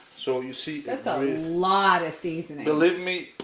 so you see that's um a lot of seasoning. but let me,